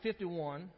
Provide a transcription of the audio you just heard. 51